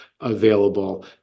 available